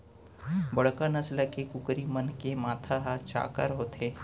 बड़का नसल के कुकरी मन के माथा ह चाक्कर होथे